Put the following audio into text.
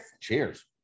Cheers